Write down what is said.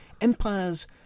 Empires